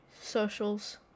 socials